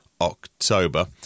October